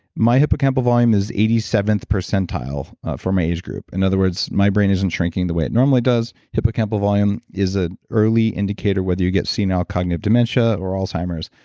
my hippocampal volume is eighty seventh percentile for my age group. in other words, my brain isn't shrinking the way it normally does. hippocampal volume is an ah early indicator whether you get senile cognitive dementia or alzheimer's.